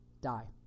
die